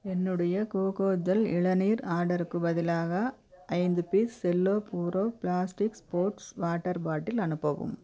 என்னுடைய கோகோஜல் இளநீர் ஆர்டருக்குப் பதிலாக ஐந்து பீஸ் செல்லோ பூரோ ப்ளாஸ்டிக் ஸ்போர்ட்ஸ் வாட்டர் பாட்டில் அனுப்பவும்